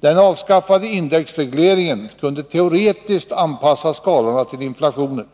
Den avskaffade indexregleringen kunde teoretiskt anpassa skalorna till inflationen.